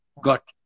got